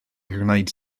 gwneud